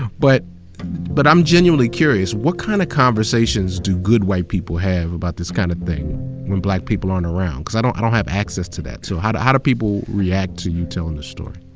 but but i'm genuinely curious, what kind of conversations do good white people have about this kind of thing when black people aren't around? because i don't i don't have access to that. so how do, how do people react to you telling the story?